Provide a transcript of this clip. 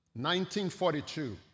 1942